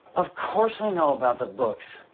of course i know about the books.